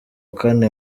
kane